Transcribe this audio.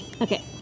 Okay